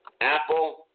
Apple